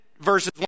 verses